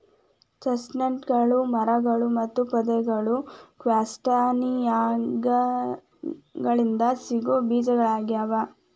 ಚೆಸ್ಟ್ನಟ್ಗಳು ಮರಗಳು ಮತ್ತು ಪೊದೆಗಳು ಕ್ಯಾಸ್ಟಾನಿಯಾಗಳಿಂದ ಸಿಗೋ ಬೇಜಗಳಗ್ಯಾವ